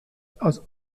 aus